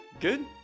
good